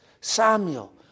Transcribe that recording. Samuel